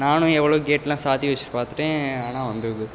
நானும் எவ்வளோ கேட்கலாம் சாத்தி வச்சிகிட்டு பார்த்துட்டேன் ஆனால் வந்துருது